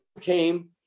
came